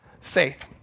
faith